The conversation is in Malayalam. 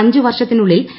അഞ്ച് വർഷത്തിനുള്ളിൽ യു